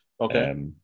Okay